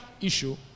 issue